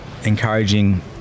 encouraging